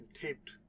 taped